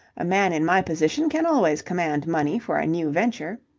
a man in my position can always command money for a new venture.